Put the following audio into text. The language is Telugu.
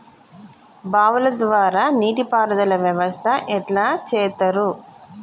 బావుల ద్వారా నీటి పారుదల వ్యవస్థ ఎట్లా చేత్తరు?